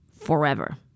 forever